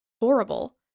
horrible